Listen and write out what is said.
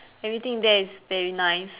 everything there is very nice